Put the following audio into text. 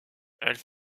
elle